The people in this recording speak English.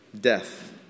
death